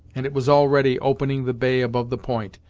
and it was already opening the bay above the point,